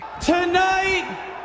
Tonight